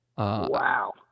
Wow